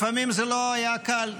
לפעמים זה לא היה קל.